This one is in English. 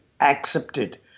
accepted